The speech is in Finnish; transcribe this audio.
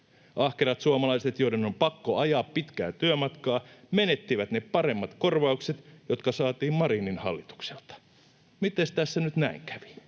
Ahkerat suomalaiset, joiden on pakko ajaa pitkää työmatkaa, menettivät ne paremmat korvaukset, jotka saatiin Marinin hallitukselta. Miten tässä nyt näin kävi?